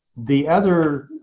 the other